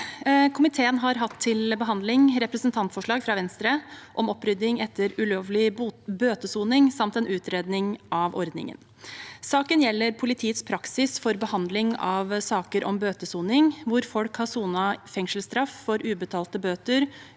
Komiteen har hatt til behandling representantforslag fra Venstre om opprydding etter ulovlig bøtesoning samt en utredning av ordningen. Saken gjelder politiets praksis for behandling av saker om bøtesoning hvor folk har sonet fengselsstraff for ubetalte bøter